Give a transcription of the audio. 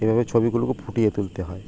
এভাবে ছবিগুলোকে ফুটিয়ে তুলতে হয়